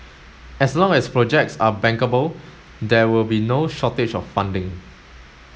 as long as projects are bankable there will be no shortage of funding